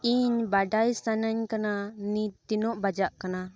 ᱤᱧ ᱵᱟᱰᱟᱭ ᱥᱟᱱᱟᱧ ᱠᱟᱱᱟ ᱱᱤᱛ ᱛᱤᱱᱟᱹᱜ ᱵᱟᱡᱟᱜ ᱠᱟᱱᱟ